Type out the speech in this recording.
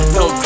no